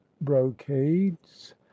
brocades